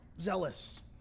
zealous